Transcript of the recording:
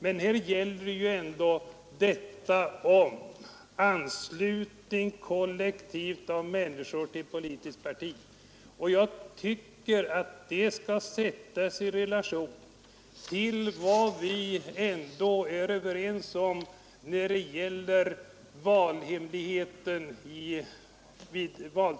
Men här gäller det ändå frågan om en kollektiv anslutning av människor till ett politiskt parti. Och detta bör ställas i relation till vad vi är överens om när det gäller valhemligheten.